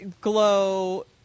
Glow